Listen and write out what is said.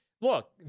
look